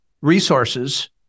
resources